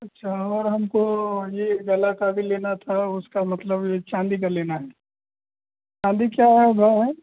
अच्छा और हमको यह गला का भी लेना था उसका मतलब यह चाँदी का लेना है चाँदी क्या है भाव है